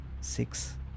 six